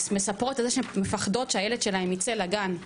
מספרות על זה שהן מפחדות שהילד שלהן יצא לגן.